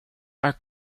are